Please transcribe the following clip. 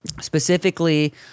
Specifically